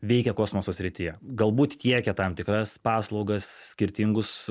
veikia kosmoso srityje galbūt tiekia tam tikras paslaugas skirtingus